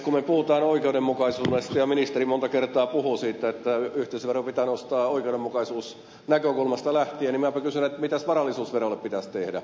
kun me puhumme oikeudenmukaisuudesta ja ministeri monta kertaa puhuu siitä että yhteisöveroa pitää nostaa oikeudenmukaisuusnäkökulmasta lähtien niin minäpä kysyn mitä varallisuusverolle pitäisi tehdä